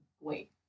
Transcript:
Wait